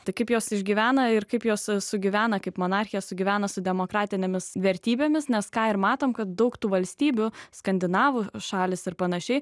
tai kaip jos išgyvena ir kaip jos su sugyvena kaip monarchija sugyvena su demokratinėmis vertybėmis nes ką ir matom kad daug tų valstybių skandinavų šalys ir panašiai